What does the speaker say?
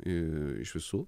iš visų